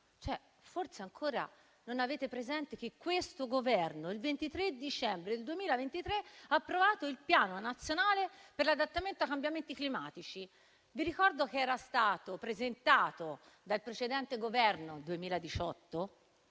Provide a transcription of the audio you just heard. Forse ancora non avete presente che questo Governo il 23 dicembre 2023 ha approvato il Piano nazionale per l'adattamento ai cambiamenti climatici. Vi ricordo che era stato presentato dal precedente Governo nel